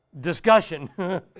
discussion